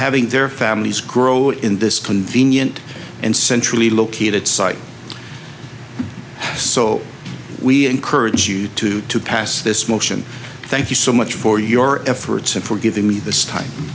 having their families grow in this convenient and centrally located site so we encourage you to pass this motion thank you so much for your efforts and for giving me the time